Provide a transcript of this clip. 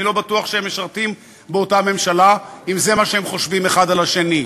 אני לא בטוח שהם משרתים באותה ממשלה אם זה מה שהם חושבים אחד על השני,